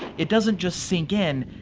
it doesn't just sink in,